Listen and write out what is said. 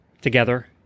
together